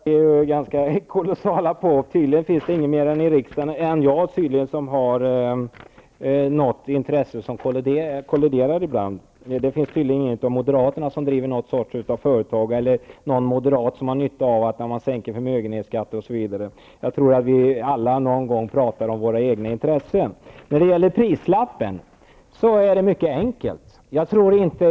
Fru talman! Det är ju kolossala påhopp jag blir utsatt för. Tydligen finns det ingen i riksdagen mer än jag som har intressen som kolliderar ibland. Tydligen är det ingen av moderaterna som driver någon form av företag eller någon moderat som har nytta av att man sänker förmögenhetsskatten, osv. Jag tror att vi alla någon gång pratar om våra egna intressen. När det gäller prislappen är det mycket enkelt.